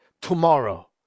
tomorrow